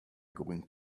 going